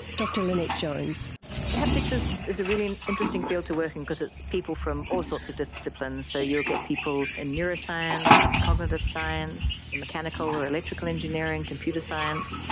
lynette jones haptics is is a really interesting field to work in because it's people from all sorts of disciplines. so you'll get people in neuroscience, cognitive science, mechanical or electrical engineering, computer science,